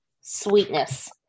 sweetness